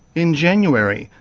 in january,